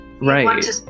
Right